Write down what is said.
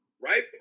right